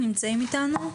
הם נמצאים אתנו?